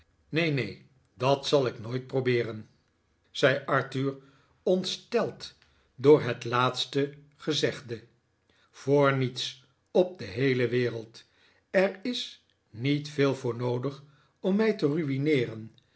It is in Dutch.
neen neen dat zal ik nqoit probeeren voprbereidingen voor een huwelijk zei arthur ontsteld door het laatste gezegde voor niets op de heele wereld er is niet veel voor noodig om mij te